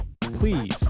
please